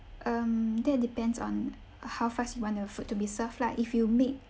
um that depends on how fast you want the food to be served lah if you make